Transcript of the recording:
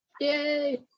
Yay